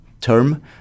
term